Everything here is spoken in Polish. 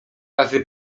razy